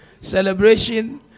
celebration